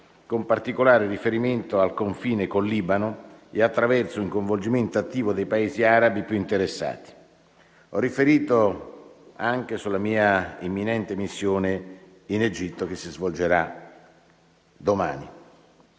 con particolare riferimento al confine con il Libano e attraverso un coinvolgimento attivo dei Paesi arabi più interessati. Ho riferito anche sulla mia imminente missione in Egitto che si svolgerà domani.